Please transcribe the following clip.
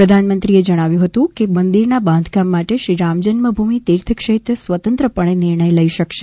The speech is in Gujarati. પ્રધાનમંત્રીએ જણાવ્યું હતું કે મંદિરના બાંધકામ માટે શ્રી રામજન્મભૂમિ તીર્થ ક્ષેત્ર સ્વતંત્ર પણે નિર્ણય લઈ શકશે